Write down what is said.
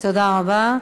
תודה רבה.